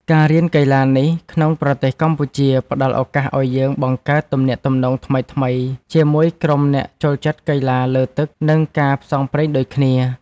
ការរៀនកីឡានេះក្នុងប្រទេសកម្ពុជា ផ្ដល់ឱកាសឱ្យយើងបង្កើតទំនាក់ទំនងថ្មីៗជាមួយក្រុមអ្នកចូលចិត្តកីឡាលើទឹក និងការផ្សងព្រេងដូចគ្នា។